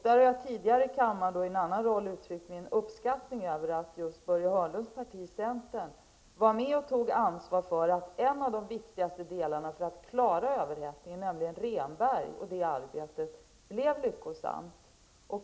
Där har jag tidigare i kammaren i en annan roll uttryckt min uppskattning över att just Börje Hörnlunds parti, centern, var med och tog ansvar för att en av de viktigaste insatserna för att klara överhettningen, nämligen det arbete som Rehnberg gjorde, blev lyckosamt.